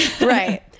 Right